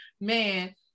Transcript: man